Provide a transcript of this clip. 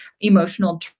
emotional